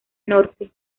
norte